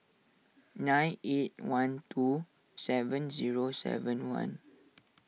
nine eight one two seven zero seven one